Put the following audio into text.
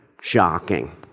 shocking